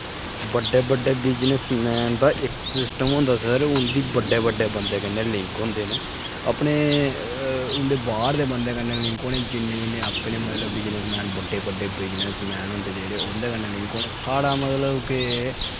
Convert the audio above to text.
बड्डे बड्डे बिजनिसमैन दा इक सिस्सटम होंदा सर उं'दे बड्डे बड्डे बंदें कन्नै लिंक होंदे न अपने उं'दे बाह्र दे बंदें कन्नै लिंक होने जिन्ने जिन्ने अपने मतलब बिजनिसमैन बड्डे बड्डे बिजनिसमैन होंदे जेह्ड़े उं'दे कन्नै लिंक होने साढ़ा मतलब कि